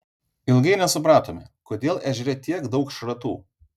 ilgai nesupratome kodėl ežere tiek daug šratų